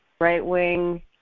right-wing